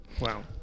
Wow